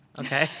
okay